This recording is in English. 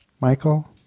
Michael